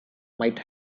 might